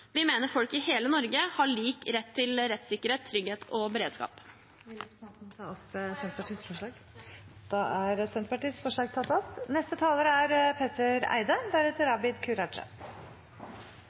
Vi mener folk i hele Norge har lik rett til rettssikkerhet, trygghet og beredskap. Jeg tar til slutt opp Senterpartiets forslag i saken. Representanten Emilie Enger Mehl har tatt opp